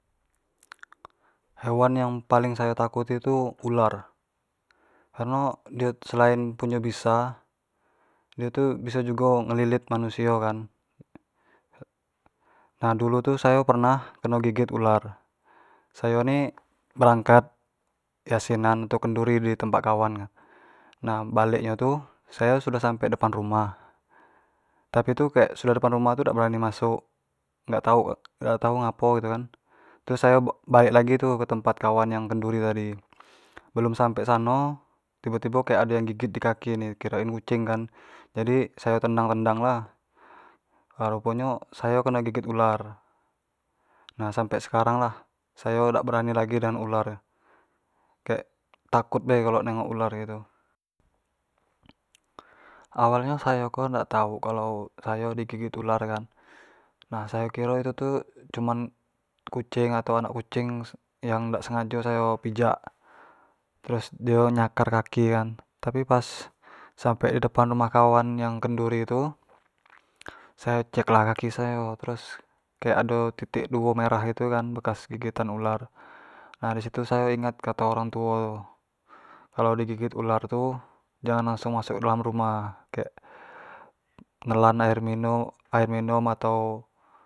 Hewann yang paling sayo takuti tu ular, kareno dio selain punyo bisa dio biso jugo melilit manusio kan, nah dulu tu sayo pernah keno gigit ular, sayo ni berangkat ke yasinan atau kenduri di tempat kawan, nah balek nyo tu sayo sudah nyampe depan rumah, tapi kek sudah depan rumah tu kek dak berani masuk, dak tau ngapo gitu kan, terus sayo balek lagi tu ke tempat kawan yang kenduri tu, belum sampe sano, tibo-tibo kek ado yang gigit di kaki ni, kiroin kucing kan, jadi sayo tendang-tendang lah, lah rupo nyo sayo keno gigit ular, nah sampe sekarang lah sayo dak berani lagi dengan ular, kek takut bae kalo nengok ular gitu, awalnyo sayo ko dak tau kalo sayo ko di gigit ular kan, nah sayo kiro itu tu cumin kucing atau anak kucing yang dak sengajo sayo pijak, terus dio nyakar kaki kan, tapi pas di depan rumah kawan yang kenduri tu sayo cek lah kaki sayo, terus, kek ado titik duo merah gitu kan, bekas gigitan ular, nah disitu sayo ingat kato orang tuo tu, kalau di gigit ular tu jangan langsung masuk dalam rumah, kek nelan air minum, air minum atau.